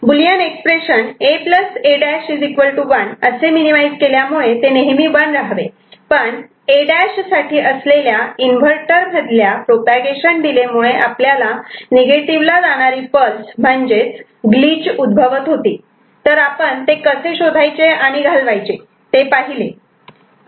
Boolean expression A A' 1 असे minimise केल्यामुळे ते नेहमी 1 राहावे पण A' साठी असलेल्या इन्व्हर्टर मधल्या प्रोपागेशन डिले मुळे आपल्याला निगेटिव्ह ला जाणारी पल्स म्हणजेच ग्लिच उद्भवत होती तर आपण ते कसे शोधायचे आणि घालवायचे ते पाहिले